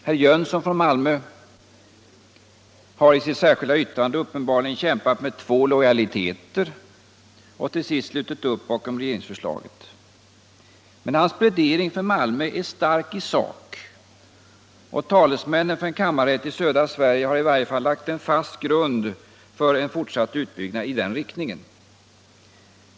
Herr Jönsson i Malmö har i sitt särskilda yttrande uppenbarligen kämpat med två lojaliteter och till sist slutit upp bakom regeringsförslaget. Hans plädering för Malmö är emellertid stark i sak, och talesmännen för en kammarrätt i södra Sverige har i varje fall lagt en fast grund för en fortsatt utbyggnad i den riktningen.